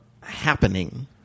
happening